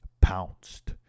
pounced